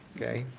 okay,